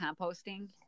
composting